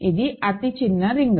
ఇది అతి చిన్న రింగ్